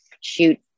shoot